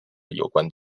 有关